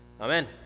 Amen